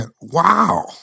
wow